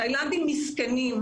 התאילנדים מסכנים,